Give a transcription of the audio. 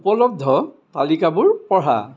উপলব্ধ তালিকাবোৰ পঢ়া